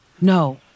no